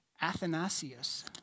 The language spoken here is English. Athanasius